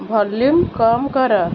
volume କମ୍ କର